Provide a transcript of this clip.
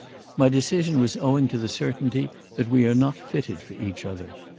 my decision was owing to the certainty that we are not fitted for each other.